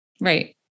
Right